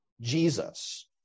Jesus